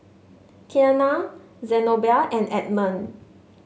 Keanna Zenobia and Edmund